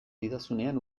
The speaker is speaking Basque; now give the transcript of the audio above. didazunean